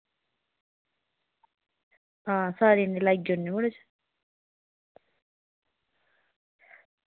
आं सारें ई मलाई औन्ने आं